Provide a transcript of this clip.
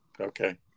okay